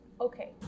okay